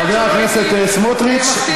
חבר הכנסת סמוטריץ,